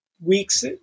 weeks